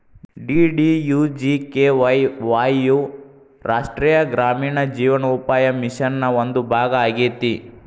DDUGKY ವಾಯ್ ಯು ರಾಷ್ಟ್ರೇಯ ಗ್ರಾಮೇಣ ಜೇವನೋಪಾಯ ಮಿಷನ್ ನ ಒಂದು ಭಾಗ ಆಗೇತಿ